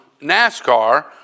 NASCAR